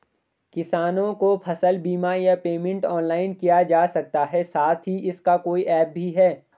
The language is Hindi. किसानों को फसल बीमा या पेमेंट ऑनलाइन किया जा सकता है साथ ही इसका कोई ऐप भी है?